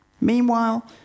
Meanwhile